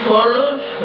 follows